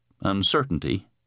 Uncertainty